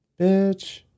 Bitch